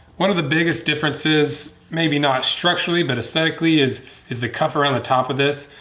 one of the biggest differences, maybe not structurally but aesthetically, is is the cuff around the top of this.